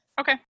Okay